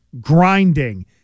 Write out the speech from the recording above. grinding